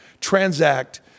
transact